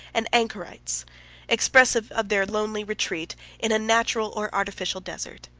and anachorets, expressive of their lonely retreat in a natural or artificial desert.